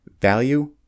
Value